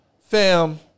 Fam